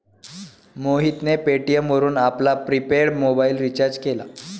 मोहितने पेटीएम वरून आपला प्रिपेड मोबाइल रिचार्ज केला